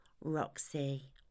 Roxy